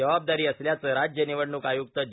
जवावदारी असल्याचं राज्य निवडणुक आयुक्त ज